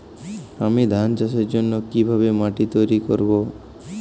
আমি ধান চাষের জন্য কি ভাবে মাটি তৈরী করব?